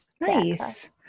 Nice